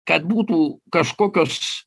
kad būtų kažkokios